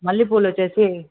మల్లెపూలొచ్చేసి